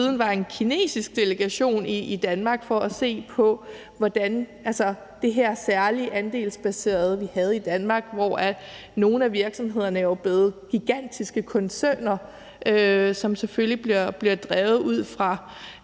siden var en kinesisk delegation i Danmark for at se på det her særlige andelsbaserede, vi havde i Danmark, hvor nogle af virksomhederne jo er blevet gigantiske koncerner, som selvfølgelig bliver drevet ud fra